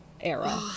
era